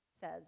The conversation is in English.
says